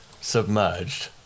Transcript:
submerged